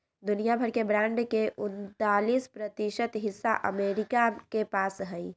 दुनिया भर के बांड के उन्तालीस प्रतिशत हिस्सा अमरीका के पास हई